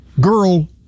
girl